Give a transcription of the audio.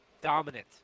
dominant